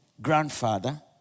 grandfather